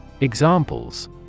Examples